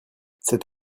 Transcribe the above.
cet